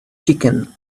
chicken